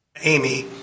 Amy